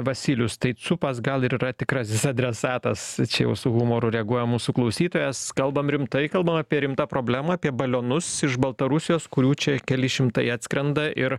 vasylius taip cupas gal ir yra tikrasis adresatas čia jau su humoru reaguoja mūsų klausytojas kalbam rimtai kalbam apie rimtą problemą apie balionus iš baltarusijos kurių čia keli šimtai atskrenda ir